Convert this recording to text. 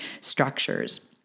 structures